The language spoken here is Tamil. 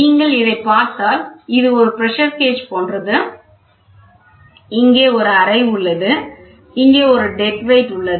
நீங்கள் இதைப் பார்த்தால் இது பிரஷர் கேஜ் போன்றது இங்கே ஒரு அறை உள்ளது இங்கே ஒரு டெட் வெயிட் உள்ளது